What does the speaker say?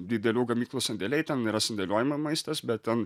didelių gamyklų sandėliai ten yra sudėliojama maistas bet ten